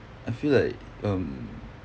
I feel like um